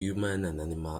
animal